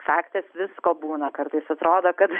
faktas visko būna kartais atrodo kad